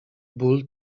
ból